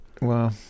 wow